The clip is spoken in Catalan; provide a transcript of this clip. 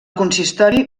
consistori